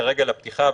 כרגע לפתיחה,